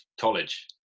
college